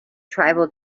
tribal